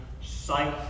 sight